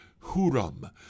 Huram